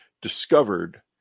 discovered